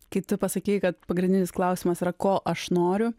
kai tu pasakei kad pagrindinis klausimas yra ko aš noriu